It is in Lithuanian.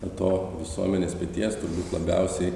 be to visuomenės peties turbūt labiausiai